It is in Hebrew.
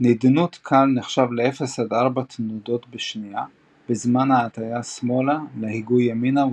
נדנוד קל נחשב ל 0–4 תנודות בשנייה בזמן הטיה שמאלה להיגוי ימינה,